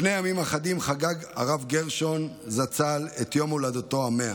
לפני ימים אחדים חגג הרב גרשון אדלשטיין זצ"ל את יום הולדתו ה-100.